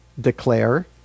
declare